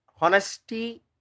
Honesty